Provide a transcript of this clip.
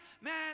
man